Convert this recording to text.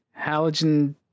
halogen